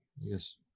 Yes